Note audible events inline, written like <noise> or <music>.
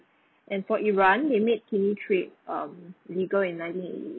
<breath> and for iran they made kidney trade um legal in nineteen eighty eight